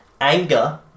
anger